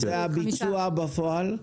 זה הביצוע בפועל.